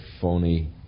phony